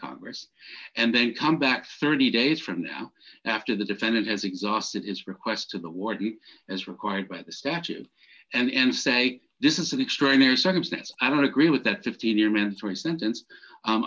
congress and then come back thirty days from now after the defendant has exhausted its request to the warden as required by the statue and say this is an extraordinary circumstance i don't agree with that fifteen year mandatory sentence